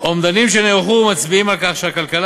אומדנים שנערכו מצביעים על כך שהכלכלה